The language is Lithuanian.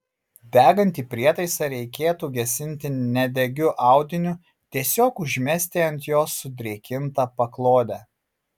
degantį prietaisą reikėtų gesinti nedegiu audiniu tiesiog užmesti ant jo sudrėkintą paklodę